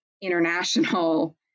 international